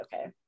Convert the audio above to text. okay